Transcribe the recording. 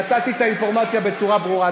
נתתי את האינפורמציה בצורה ברורה.